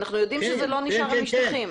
אנחנו יודעים שזה לא נשאר על משטחים.